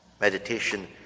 Meditation